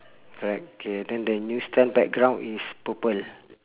correct K then the newsstand background is purple